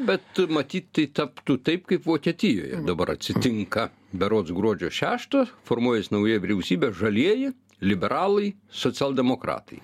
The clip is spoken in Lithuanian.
bet matyt tai taptų taip kaip vokietijoje dabar atsitinka berods gruodžio šešto formuojas nauja vyriausybė žalieji liberalai socialdemokratai